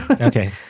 Okay